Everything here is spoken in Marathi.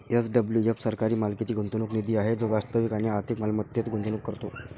एस.डब्लू.एफ सरकारी मालकीचा गुंतवणूक निधी आहे जो वास्तविक आणि आर्थिक मालमत्तेत गुंतवणूक करतो